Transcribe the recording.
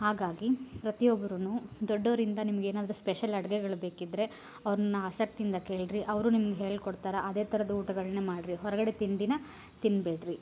ಹಾಗಾಗಿ ಪ್ರತಿಯೊನ್ನರೂನು ದೊಡ್ಡವರಿಂದ ನಿಮ್ಗೇನಾದರೂ ಸ್ಪೆಷಲ್ ಅಡ್ಗೆಗಳು ಬೇಕಿದ್ದರೆ ಅವ್ರನ್ನ ಆಸಕ್ತಿ ಇಂದ ಕೇಳಿರಿ ಅವರು ನಿಮ್ಗ ಹೇಳ್ಕೊಡ್ತಾರೆ ಅದೇ ಥರದ್ ಊಟಗಳನ್ನೇ ಮಾಡ್ರಿ ಹೊರಗಡೆ ತಿಂಡಿನ ತಿನ್ನ ಬೇಡ್ರಿ